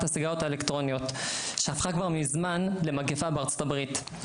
הסיגריות האלקטרוניות שהפכה כבר מזמן למגיפה בארצות הברית.